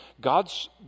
God's